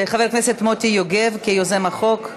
חבר הכנסת מוטי יוגב, כיוזם החוק,